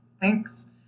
thanks